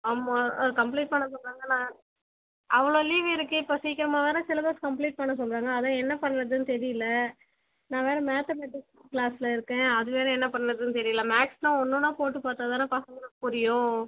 ஆமாம் கம்ப்ளீட் பண்ண சொன்னாங்கள் நான் அவ்வளோ லீவ் இருக்குது இப்போ சீக்கிரமாக வேற சிலபஸ் கம்ப்ளீட் பண்ண சொல்கிறாங்க அதுதான் என்ன பண்ணுறதுன்னு தெரியல நான் வேற மேத்தமெட்டிக்ஸ் க்ளாஸ்ல இருக்கேன் அது வேற என்ன பண்ணுறதுன்னு தெரியல மேக்ஸ்ன்னால் ஒன்று ஒன்றா போட்டு பார்த்தாதான பசங்களுக்கு புரியும்